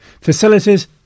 Facilities